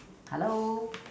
hello